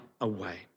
away